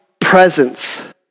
presence